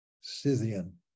Scythian